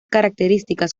características